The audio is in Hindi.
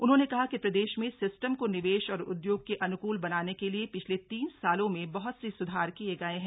उन्होंने कहा कि प्रदेश में सिस्टम को निवेश और उद्योगों के अनुकूल बनाने के लिए पिछले तीन सालों में बहत से स्धार किए गए हैं